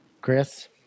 Chris